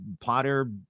Potter